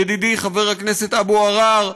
ידידי חבר הכנסת אבו עראר,